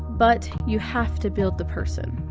but you have to build the person.